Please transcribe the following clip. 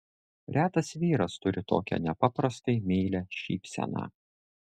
retas vyras turi tokią nepaprastai meilią šypseną